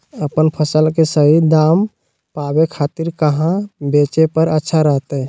अपन फसल के सही दाम पावे खातिर कहां बेचे पर अच्छा रहतय?